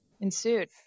ensued